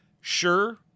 Sure